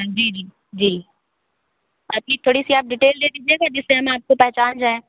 जी जी जी आपकी थोड़ी सी आप डिटेल दे दीजिएगा जिस से हम आपको पहचान जाएं